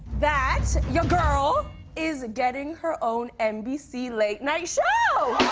that your girl is getting her own nbc late-night show!